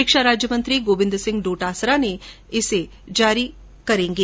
शिक्षा राज्यमंत्री गोविन्द सिंह डोटासरा इसे जारी करेंगे